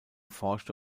forschte